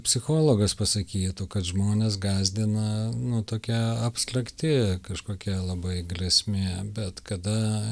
psichologas pasakytų kad žmones gąsdina nu tokia abstrakti kažkokia labai grėsmė bet kada